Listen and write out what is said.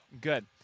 Good